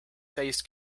faced